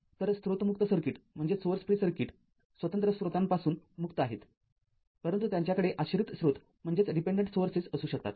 तर स्त्रोत मुक्त सर्किट स्वतंत्र स्त्रोतांपासून मुक्त आहेत परंतु त्यांच्याकडे आश्रित स्रोत असू शकतात